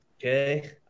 Okay